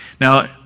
Now